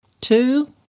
Two